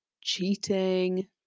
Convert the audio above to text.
cheating